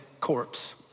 corpse